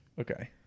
okay